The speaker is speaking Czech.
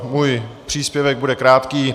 Můj příspěvek bude krátký.